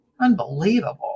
Unbelievable